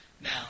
Now